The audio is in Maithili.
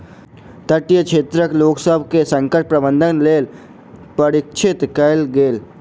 तटीय क्षेत्रक लोकसभ के संकट प्रबंधनक लेल प्रशिक्षित कयल गेल